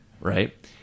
right